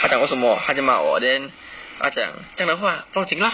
她讲为什么她就骂我 then 她讲这样的话不要紧 lah